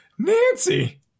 Nancy